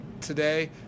today